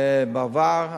בעבר,